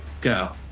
Go